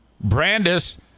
Brandis